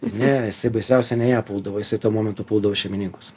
ne jisai baisiausia ne ją puldavo jisai tuo momentu puldavo šeimininkus